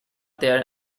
there